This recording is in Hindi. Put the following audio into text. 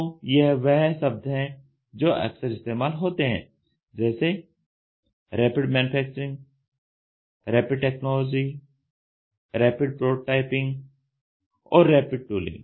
तो यह वह शब्द है जो अक्सर इस्तेमाल होते हैं जैसे rapid manufacturing rapid technology rapid prototyping और रैपिड टूलिंग